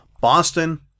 Boston